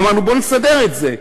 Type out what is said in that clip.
אמרנו: בוא נסדר את זה.